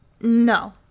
No